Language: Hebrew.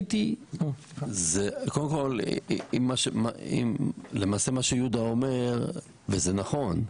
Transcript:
למשה מה שיהודה אומר, וזה נכון,